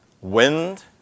wind